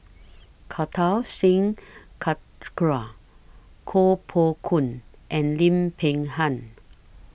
Kartar Singh Thakral Koh Poh Koon and Lim Peng Han